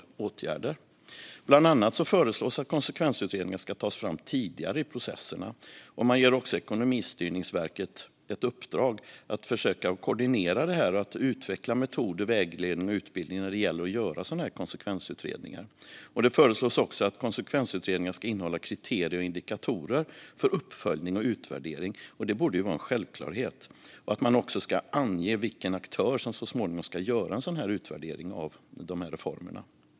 Riksrevisionens rapport om besluts-underlag inför stora reformer Bland annat föreslås att konsekvensutredningar ska tas fram tidigare i processerna, och man ger också Ekonomistyrningsverket ett uppdrag att försöka att koordinera det här och att utveckla metoder, vägledning och utbildning när det gäller att göra konsekvensutredningar. Det föreslås också att konsekvensutredningar ska innehålla kriterier och indikatorer för uppföljning och utvärdering, vilket borde vara en självklarhet, samt att man också ska ange vilken aktör som så småningom ska göra utvärderingen av reformerna.